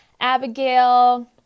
Abigail